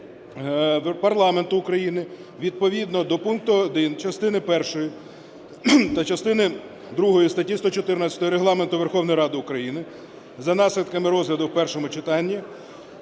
відповідно до пункту 1 частини першої та частини другої статті 114 Регламенту Верховної Ради України за наслідками розгляду в першому читанні